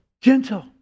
gentle